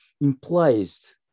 implies